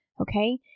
okay